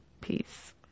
Peace